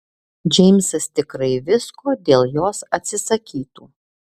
džeimsas tikrai visko dėl jos atsisakytų